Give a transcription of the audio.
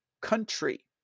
country